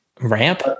ramp